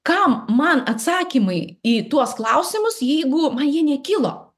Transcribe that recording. kam man atsakymai į tuos klausimus jeigu man jie nekilo